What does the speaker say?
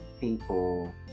people